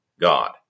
God